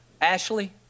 Ashley